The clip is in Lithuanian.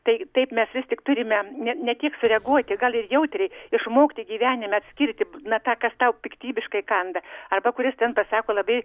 tai taip mes vis tik turime ne ne tiek sureaguoti gal ir jautriai išmokti gyvenime atskirti na tą kas tau piktybiškai kanda arba kuris ten pasako labai